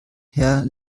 herrn